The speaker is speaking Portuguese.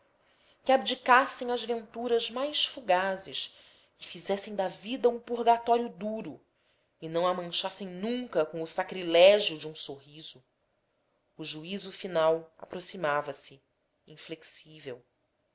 conservá las que abdicassem as venturas mais fugazes e fizessem da vida um purgatório duro e não a manchassem nunca com o sacrilégio de um sorriso o juízo final aproximava-se inflexível